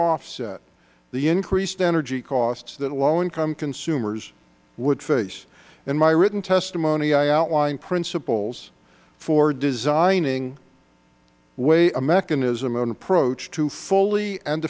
offset the increased energy costs that low income consumers would face in my written testimony i outline principles for designing a mechanism an approach to fully and